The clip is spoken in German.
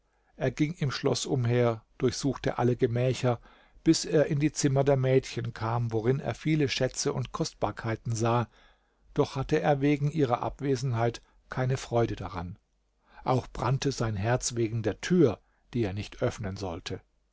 er ging im schloß umher und durchsuchte alle gemächer bis er in die zimmer der mädchen kam worin er viele schätze und kostbarkeiten sah doch hatte er wegen ihrer abwesenheit keine freude daran auch brannte sein herz wegen der tür die er nicht öffnen sollte